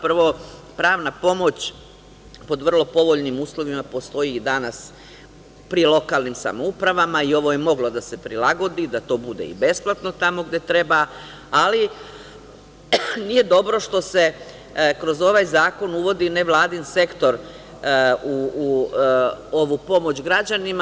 Prvo, pravna pomoć po vrlo povoljnim uslovima postoji i danas pri lokalnim samoupravama i ovo je moglo da se prilagodi, da to bude i besplatno tamo gde treba, ali nije dobro što se kroz ovaj Zakon uvodi nevladin sektor u ovu pomoć građanima.